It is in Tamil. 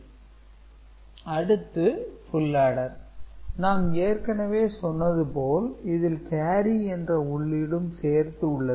B' A⊕B அடுத்து ஃபுல் ஆடர் நாம் ஏற்கனவே சொன்னதுபோல் இதில் கேரி என்ற உள்ளிடும் சேர்ந்து உள்ளது